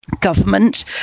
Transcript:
government